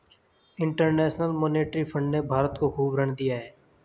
international monetary fund ने भारत को खूब ऋण दिया है